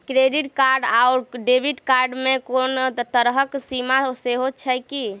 Credit card आओर debit card मे कोनो तरहक सीमा सेहो छैक की?